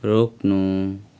रोक्नु